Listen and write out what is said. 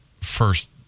first